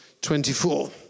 24